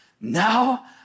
Now